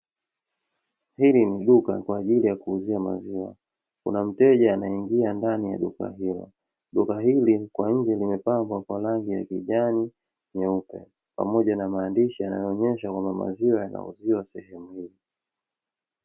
Hili ni duka kwa ajili ya kuuzia maziwa. Kuna mteja anaingia ndani ya duka hilo. Duka hili kwa nje kumepambwa kwa rangi ya kijani, nyeupe, pamoja na maandishi yanayoonyesha kuna maziwa yanauziwa sehemu hii.